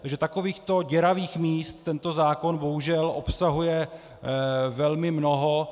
Takže takovýchto děravých míst tento zákon bohužel obsahuje velmi mnoho.